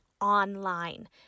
online